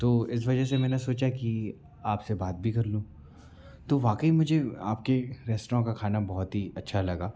तो इस वजह से मैंने सोचा कि आपसे बात भी कर लूँ तो वाकई मुझे आपके रेस्टोंरेन का खाना बहुत ही अच्छा लगा